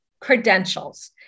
credentials